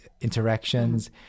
interactions